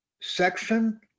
section